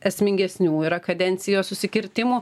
esmingesnių yra kadencijos susikirtimų